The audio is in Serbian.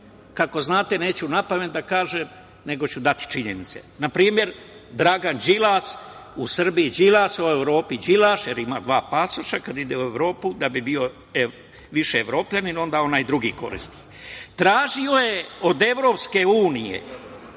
Kako znate neću napamet da kažem, nego ću dati činjenice. Na primer Dragan Đilas u Srbiji Đilas, u Evropi Đilaš jer ima dva pasoša kada ide u Evropu da bi bio više evropljanin, onda on onaj drugi koristi. Tražio je od EU da